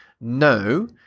No